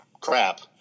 crap